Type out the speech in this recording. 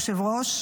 היושב-ראש.